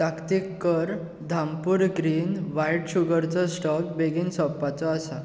ताकतीक कर Dhampur green white sugar चो स्टॉक बेगीन सोंपपाचो आसा